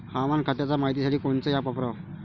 हवामान खात्याच्या मायतीसाठी कोनचं ॲप वापराव?